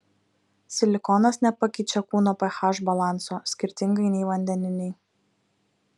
silikonas nepakeičia kūno ph balanso skirtingai nei vandeniniai